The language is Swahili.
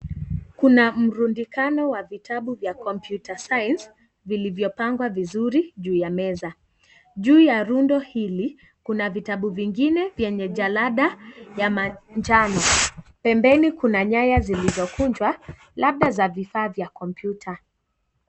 Kuna mrundikano wa vitabu vya computer science vilivyopangwa vizuri juu ya meza. Juu ya rundo hili kuna vitabu vingine vyenye jalada ya manjano. Pembeni kuna nyaya zilizokunjwa labda za vifaa vya kompyuta.